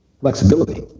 flexibility